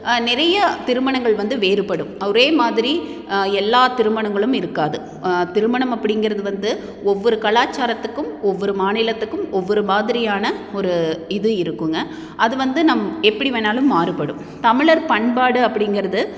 நிறைய திருமணங்கள் வந்து வேறுபடும் ஒரே மாதிரி எல்லா திருமணங்களும் இருக்காது திருமணம் அப்படிங்கிறது வந்து ஒவ்வொரு கலாச்சாரத்துக்கும் ஒவ்வொரு மாநிலத்துக்கும் ஒவ்வொரு மாதிரியான ஒரு இது இருக்குங்க அது வந்து நாம் எப்படி வேண்ணாலும் மாறுபடும் தமிழர் பண்பாடு அப்படிங்கிறது